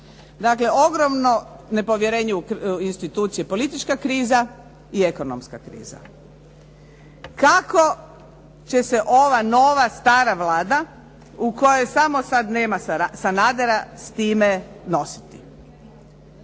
Dakle, ogromno nepovjerenje u institucije, politička kriza i ekonomska kriza. Kako će se ova nova stara Vlada u kojoj samo sad nema Sanadera s time nositi?